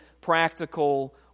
practical